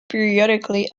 periodically